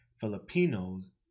Filipinos